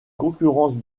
concurrence